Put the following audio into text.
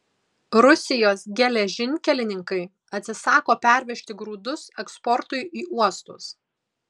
rusijos geležinkelininkai atsisako pervežti grūdus eksportui į uostus